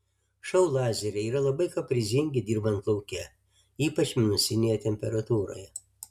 šou lazeriai yra labai kaprizingi dirbant lauke ypač minusinėje temperatūroje